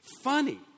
funny